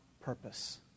purpose